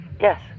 Yes